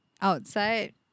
outside